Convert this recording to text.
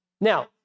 Now